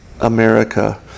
America